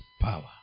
power